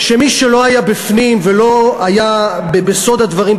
ומי שלא היה בפנים ולא היה בסוד הדברים,